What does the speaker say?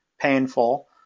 painful